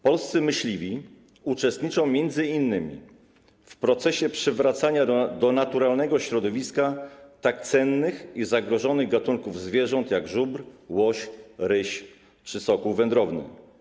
Polscy myśliwi uczestniczą m.in. w procesie przywracania do naturalnego środowiska tak cennych i zagrożonych gatunków zwierząt jak żubr, łoś, ryś czy sokół wędrowny.